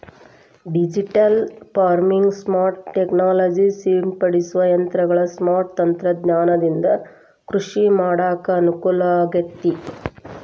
digital farming, smart technology ಸಿಂಪಡಿಸುವ ಯಂತ್ರಗಳ smart ತಂತ್ರಜ್ಞಾನದಿಂದ ಕೃಷಿ ಮಾಡಾಕ ಅನುಕೂಲಾಗೇತಿ